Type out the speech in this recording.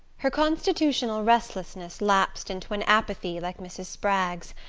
her constitutional restlessness lapsed into an apathy like mrs. spragg's,